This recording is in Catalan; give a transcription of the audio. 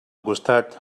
costat